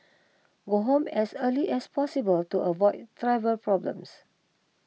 go home as early as possible to avoid travel problems